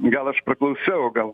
gal aš paklausiau o gal